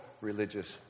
religious